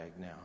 now